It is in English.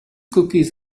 cookies